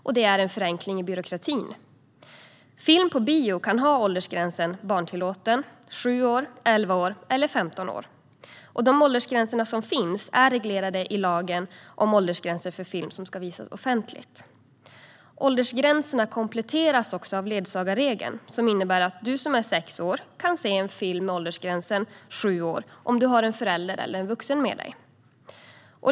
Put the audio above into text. Det är också en förenkling av byråkratin. Film på bio kan ha åldersgränsen barntillåten, sju år, elva år eller femton år. De åldersgränser som finns är reglerade i lagen om åldersgränser för film som ska visas offentligt. Åldersgränserna kompletteras av ledsagarregeln, som innebär att du som är sex år kan se en film med åldersgränsen sju år om du har en förälder eller vuxen med dig.